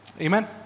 Amen